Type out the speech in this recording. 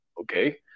okay